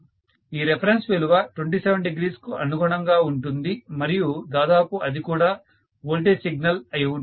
ఈ రెఫరెన్స్ విలువ 27° కు అనుగుణంగా ఉంటుంది మరియు దాదాపు అది కూడా వోల్టేజ్ సిగ్నల్ అయి ఉంటుంది